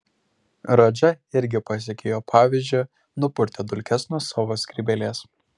radža irgi pasekė jo pavyzdžiu nupurtė dulkes nuo savo skrybėlės